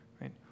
Right